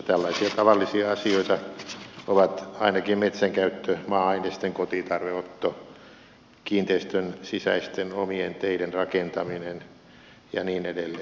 tällaisia tavallisia asioita ovat ainakin metsänkäyttö maa ainesten kotitarveotto kiinteistönsisäisten omien teiden rakentaminen ja niin edelleen